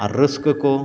ᱟᱨ ᱨᱟᱹᱥᱠᱟᱹᱠᱚ